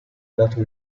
dato